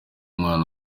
umwana